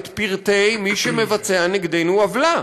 את פרטי מי שמבצע נגדנו עוולה.